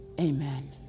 Amen